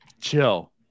Chill